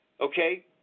okay